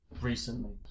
recently